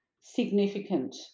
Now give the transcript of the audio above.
Significant